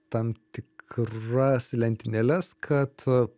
tam tikras lentynėles kad